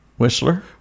Whistler